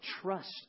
trust